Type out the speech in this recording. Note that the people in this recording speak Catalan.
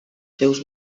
seus